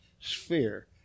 sphere